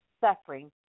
suffering